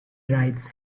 writes